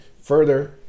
further